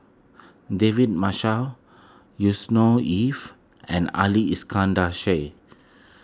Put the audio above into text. David Marshall Yusnor Ef and Ali Iskandar Shah